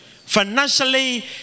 financially